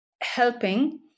helping